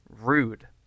rude